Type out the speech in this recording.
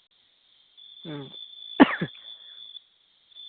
ᱦᱮᱸ